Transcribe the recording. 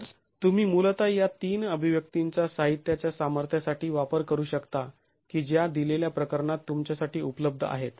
तर तुम्ही मूलतः या तीन अभिव्यक्तींचा साहित्याच्या सामर्थ्यासाठी वापर करू शकता की ज्या दिलेल्या प्रकरणात तुमच्यासाठी उपलब्ध आहेत